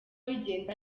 bigenda